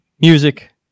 music